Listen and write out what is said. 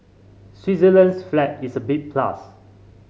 Switzerland's flag is a big plus